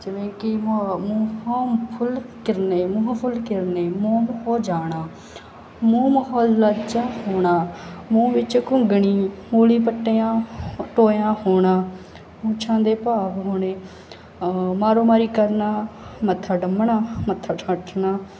ਜਿਵੇਂ ਕਿ ਮੁੰਹਾਂ ਫੁੱਲ ਕਿਰਨਾ ਮੂੰਹੋਂ ਫੁੱਲ ਕਿਰਨੇ ਮੂਗ ਹੋ ਜਾਣਾ ਮੂੰਹ ਮਹੌਲ ਲਲਚਾਉਣਾ ਮੂੰਹ ਵਿੱਚ ਘੁੰਗਣੀ ਮੂਲੀ ਪੱਟਿਆ ਟੋਇਆ ਹੋਣਾ ਮੁਛਾਂ ਦੇ ਭਾਵ ਹੋਣੇ ਮਾਰੋ ਮਾਰੀ ਕਰਨਾ ਮੱਥਾ ਡਮਣਾ ਮੱਥਾ ਠਾਠਣਾ